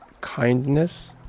kindness